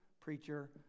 preacher